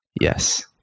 yes